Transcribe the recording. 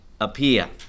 appear